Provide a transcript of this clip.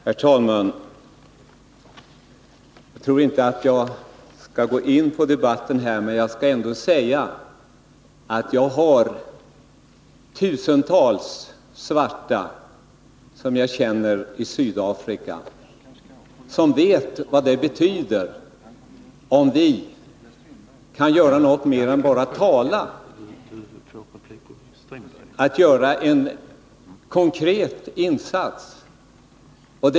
Herr talman! Jag tror inte att jag skall fortsätta den här debatten med Hadar Cars. Jag vill bara säga att jag känner tusentals svarta i Sydafrika som vet vad det betyder om vi kan göra någonting mer än bara tala, om vi kan göra en konkret insats.